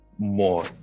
more